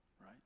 right